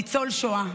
ניצול שואה,